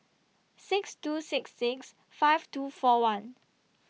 six two six six five two four one